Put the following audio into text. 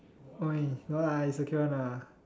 oh no lah is okay one lah